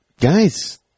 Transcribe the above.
guys